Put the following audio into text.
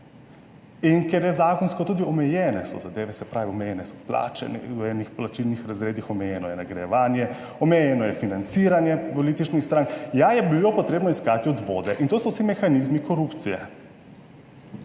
In ker je zakonsko tudi omejene so zadeve, se pravi omejene so plače v enih plačilnih razredih, omejeno je nagrajevanje, omejeno je financiranje političnih strank, ja, je bilo potrebno iskati obvode. In to so vsi mehanizmi korupcije.